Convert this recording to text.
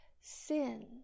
sin